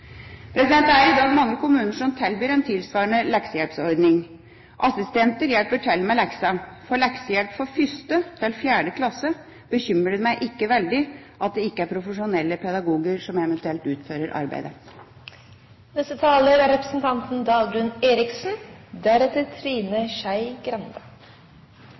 Det er i dag mange kommuner som tilbyr en tilsvarende leksehjelpordning. Assistenter hjelper til med leksene. For leksehjelp for 1.–4. klasse bekymrer det meg ikke så veldig at det ikke er profesjonelle pedagoger som eventuelt utfører arbeidet. La meg først kommentere det som representanten